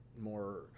more